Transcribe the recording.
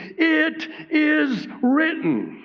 it is written.